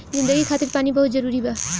जिंदगी खातिर पानी बहुत जरूरी बा